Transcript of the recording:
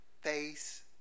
face